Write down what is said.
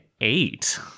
eight